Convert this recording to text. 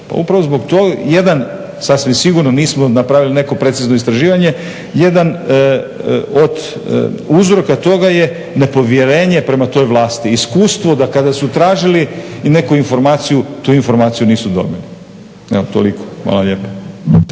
upravo zbog toga, jedan sasvim sigurno nismo napravili neko precizno istraživanje, jedan od uzroka toga je nepovjerenje prema toj vlasti. Iskustvo da kada su tražili neku informaciju tu informaciju nisu dobili. Evo, toliko. Hvala lijepo.